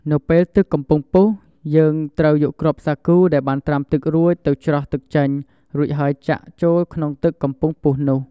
នៅពេលទឹកកំពុងពុះ យើងត្រូវយកគ្រាប់សាគូដែលបានត្រាំទឹករួចទៅច្រោះទឹកចេញ រួចហើយចាក់ចូលក្នុងទឹកកំពុងពុះនោះ។